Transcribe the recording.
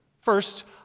First